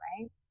right